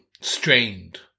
strained